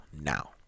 Now